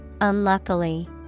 unluckily